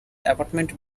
apartment